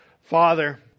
Father